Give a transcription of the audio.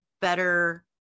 better